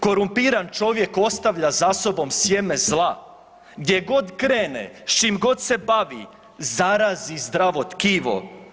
Korumpiran čovjek ostavlja za sobom sjeme zla gdje god krene, s čim god se bavi zarazi zdravo tkivo.